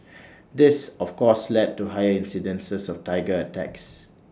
this of course led to higher incidences of Tiger attacks